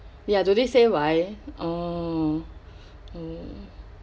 ya do they say why oh